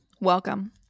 Welcome